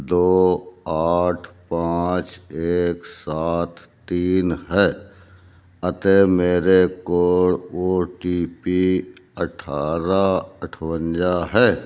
ਦੋ ਆਠ ਪਾਂਚ ਏਕ ਸਾਤ ਤੀਨ ਹੈ ਅਤੇ ਮੇਰੇ ਕੋਲ ਓ ਟੀ ਪੀ ਅਠਾਰ੍ਹਾਂ ਅਠਵੰਜਾ ਹੈ